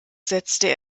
setzte